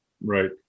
Right